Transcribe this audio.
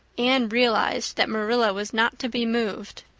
anne realized that marilla was not to be moved.